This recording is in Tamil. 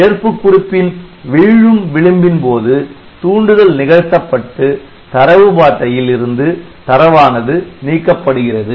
ஏற்புக் குறிப்பின் வீழும் விளிம்பின் போது தூண்டுதல் நிகழ்த்தப்பட்டு தரவு பாட்டையில் இருந்து தரவானது நீக்கப்படுகிறது